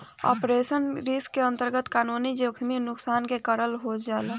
operational risk के अंतरगत कानूनी जोखिम नुकसान के कारन हो जाला